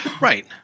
Right